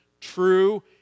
true